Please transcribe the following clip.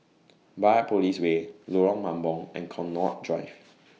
Biopolis Way Lorong Mambong and Connaught Drive